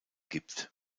gibt